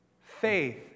Faith